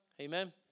Amen